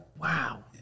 Wow